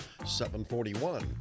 741